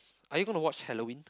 are you going to watch Halloween